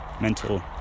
mental